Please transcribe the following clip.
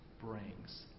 brings